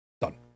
done